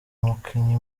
mukinnyi